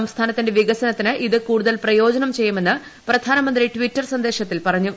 സംസ്ഥാനത്തിന്റെ വികസനത്തിന് ഇത് കൂടുതൽ പ്രയോജനം ചെയ്യുമെന്ന് പ്രധാനമന്ത്രി ട്വിറ്റർ സന്ദേശത്തിൽ പറഞ്ഞു